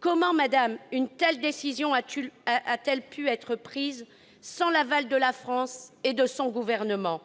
Comment, madame la ministre, une telle décision a-t-elle pu être prise sans l'aval de la France et de son gouvernement ?